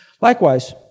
Likewise